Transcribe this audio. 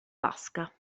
vasca